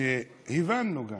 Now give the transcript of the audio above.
הבנו גם